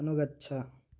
अनुगच्छ